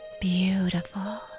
Beautiful